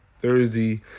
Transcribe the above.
Thursday